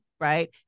right